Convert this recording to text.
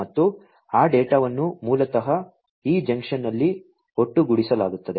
ಮತ್ತು ಆ ಡೇಟಾವನ್ನು ಮೂಲತಃ ಈ ಜಂಕ್ಷನ್ನಲ್ಲಿ ಒಟ್ಟುಗೂಡಿಸಲಾಗುತ್ತದೆ